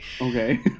Okay